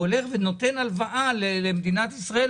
אותו עסק הולך ונותן הלוואה למדינת ישראל,